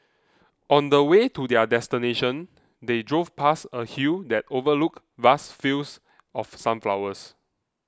on the way to their destination they drove past a hill that overlooked vast fields of sunflowers